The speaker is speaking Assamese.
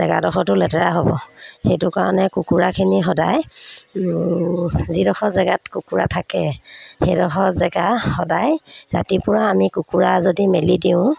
জেগাডখৰটো লেতেৰা হ'ব সেইটো কাৰণে কুকুৰাখিনি সদায় যিডখৰ জেগাত কুকুৰা থাকে সেইডখৰ জেগা সদায় ৰাতিপুৱা আমি কুকুৰা যদি মেলি দিওঁ